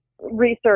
research